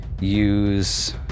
use